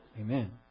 Amen